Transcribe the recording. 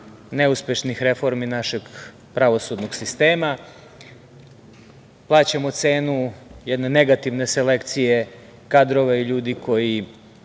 neuspešnih reformi našeg pravosudnog sistema, plaćamo cenu jedne negativne selekcije kadrova i ljudi koji